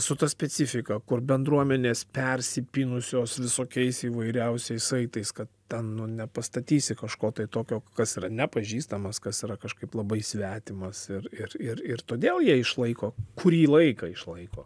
su ta specifika kur bendruomenės persipynusios visokiais įvairiausiais saitais kad ten nu nepastatysi kažko tai tokio kas yra nepažįstamas kas yra kažkaip labai svetimas ir ir ir ir todėl jie išlaiko kurį laiką išlaiko